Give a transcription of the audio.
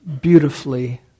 beautifully